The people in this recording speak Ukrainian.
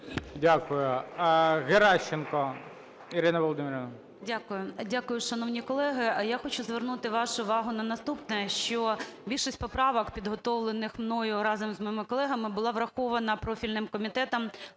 Дякую. Геращенко Ірина Володимирівна.